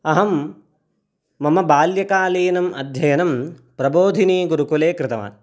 अहं मम बाल्यकालीनम् अध्ययनं प्रबोधिनीगुरुकुले कृतवान्